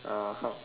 (uh huh)